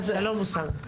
שלום אוסאמה.